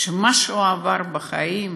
שמה שהוא עבר בחיים